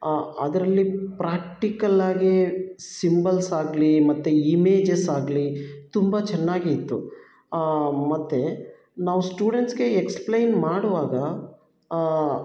ಅದರಲ್ಲಿ ಪ್ರಾಕ್ಟಿಕಲ್ಲಾಗೇ ಸಿಂಬಲ್ಸ್ ಆಗಲಿ ಮತ್ತು ಈಮೇಜಸ್ ಆಗಲಿ ತುಂಬ ಚೆನ್ನಾಗಿ ಇತ್ತು ಮತ್ತು ನಾವು ಸ್ಟೂಡೆಂಟ್ಸ್ಗೆ ಎಕ್ಸ್ಪ್ಲೈನ್ ಮಾಡುವಾಗ